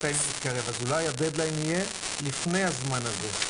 אז אולי הדד ליין יהיה לפני הזמן הזה.